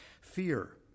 Fear